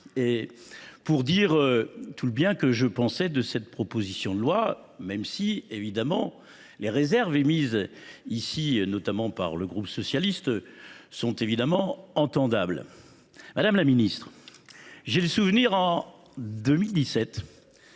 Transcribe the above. pour dire tout le bien que je pense de cette proposition de loi, même si évidemment les réserves émises, notamment par le groupe socialiste, sont parfaitement audibles. Madame la ministre, je garde en